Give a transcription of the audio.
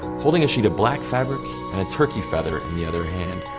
holding a sheet of black fabric and a turkey feather in the other hand,